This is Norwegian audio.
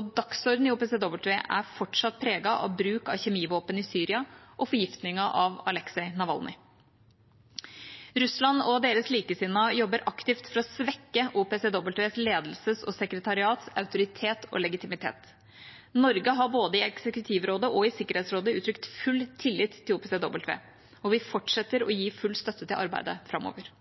OPCWs dagsorden er fortsatt preget av bruk av kjemivåpen i Syria og forgiftningen av Aleksej Navalnyi. Russland og deres likesinnede jobber aktivt for å svekke OPCWs ledelse og sekretariatets autoritet og legitimitet. Norge har både i eksekutivrådet og i Sikkerhetsrådet uttrykt full tillit til OPCW, og vi fortsetter å gi full støtte til arbeidet framover.